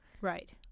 Right